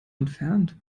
entfernt